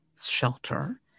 shelter